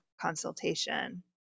consultation